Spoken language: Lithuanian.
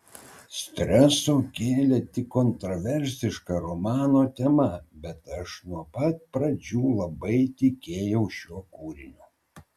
streso kėlė tik kontroversiška romano tema bet aš nuo pat pradžių labai tikėjau šiuo kūriniu